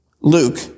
Luke